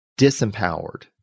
disempowered